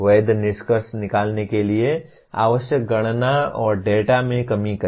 वैध निष्कर्ष निकालने के लिए आवश्यक गणना और डेटा में कमी करें